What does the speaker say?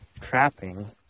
Trapping